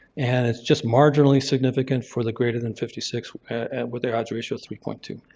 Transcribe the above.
and it's just marginally significant for the greater than fifty six with their odds ratio three point two.